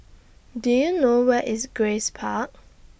Do YOU know Where IS Grace Park